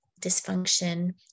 dysfunction